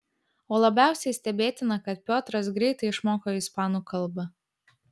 o labiausiai stebėtina kad piotras greitai išmoko ispanų kalbą